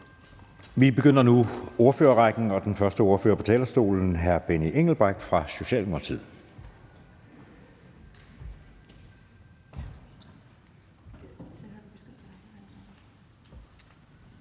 Vi tager nu fat på ordførerrækken, og den første ordfører på talerstolen er hr. Benny Engelbrecht fra Socialdemokratiet.